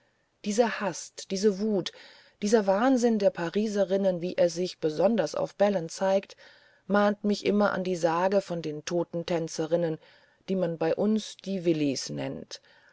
diese hast diese wut dieser wahnsinn der pariserinnen wie er sich besonders auf bällen zeigt mahnt mich immer an die sage von den toten tänzerinnen die man bei uns die willis nennt